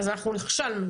אז אנחנו נכשלנו.